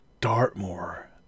Dartmoor